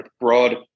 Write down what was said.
broad